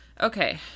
Okay